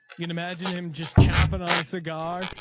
you can imagine him just chomping on a cigar.